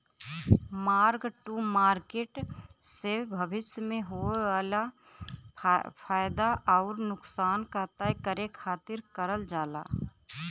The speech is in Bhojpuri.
मार्क टू मार्किट से भविष्य में होये वाला फयदा आउर नुकसान क तय करे खातिर करल जाला